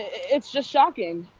it is just shocking.